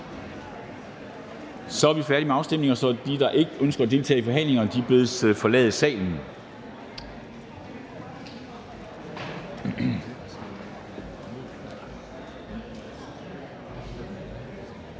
Så er vi færdige med afstemningen. De, der ikke ønsker at deltage i forhandlingerne, bedes forlade salen.